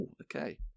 okay